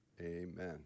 Amen